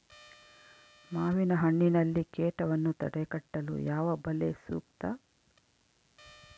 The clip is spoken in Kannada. ಮಾವಿನಹಣ್ಣಿನಲ್ಲಿ ಕೇಟವನ್ನು ತಡೆಗಟ್ಟಲು ಯಾವ ಬಲೆ ಸೂಕ್ತ?